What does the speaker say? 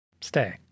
Stay